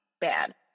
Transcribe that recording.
bad